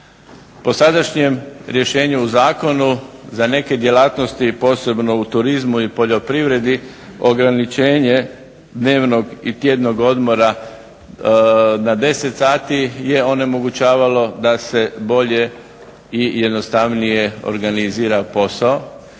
Po sadašnjem rješenju u zakonu za neke djelatnosti posebno u turizmu i poljoprivredi ograničenje dnevnog i tjednog odmora na 10 sati je onemogućavalo da se bolje i jednostavnije organizira posao.